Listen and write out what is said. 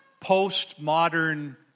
postmodern